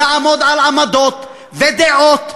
לעמוד על עמדות ודעות?